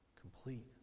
complete